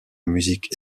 musique